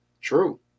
True